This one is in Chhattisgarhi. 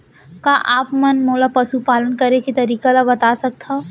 का आप मन मोला पशुपालन करे के तरीका ल बता सकथव?